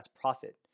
profit